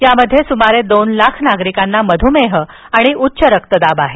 त्यामध्ये सुमारे दोन लाख नागरिकांना मध्मेह आणि उच्च रक्तदाब आहे